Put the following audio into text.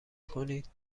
کنید